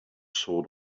soul